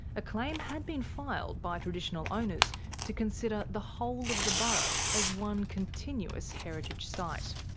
a claim had been filed by traditional owners to consider the whole of the burrup as one continuous heritage site.